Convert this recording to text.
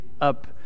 up